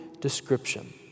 description